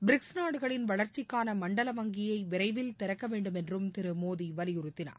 BRICS நாடுகளின் வளர்ச்சிக்கான மண்டல வங்கியை விரைவில் திறக்க வேண்டும் என்று திரு மோடி வலியுறுத்தினார்